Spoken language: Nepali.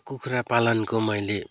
कुखरा पालनको मैले